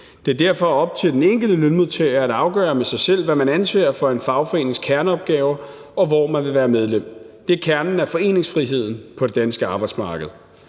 Det er derfor op til den enkelte lønmodtager at afgøre med sig selv, hvad man anser for en fagforenings kerneopgave, og hvor man vil være medlem. Det er kernen af foreningsfriheden på det danske arbejdsmarked.